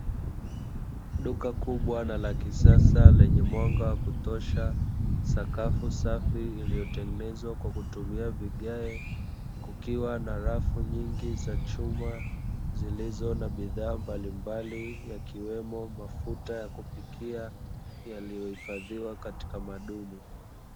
Duka kubwa na la kisasa lenye mwanga wa kutosha, sakafu safi iliyotengenezwa kwa kutumia vigae. Kukiwa na rafu nyingi za chuma zilizo na bidhaa mbalimbali, yakiwemo mafuta ya kupikia yaliyohifadhiwa katika madumu.